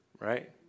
Right